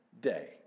day